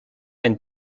and